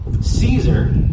Caesar